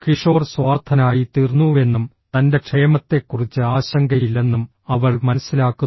കിഷോർ സ്വാർത്ഥനായിത്തീർന്നുവെന്നും തൻറെ ക്ഷേമത്തെക്കുറിച്ച് ആശങ്കയില്ലെന്നും അവൾ മനസ്സിലാക്കുന്നു